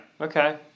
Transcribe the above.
okay